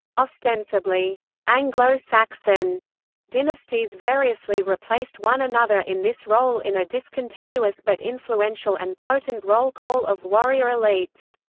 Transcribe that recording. ostensibly anglo-saxon dynasties variously replaced one another in this role in a discontinuous but influential and potent roll call of warrior elites.